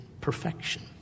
perfection